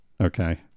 Okay